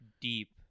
deep